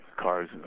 cars